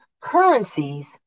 currencies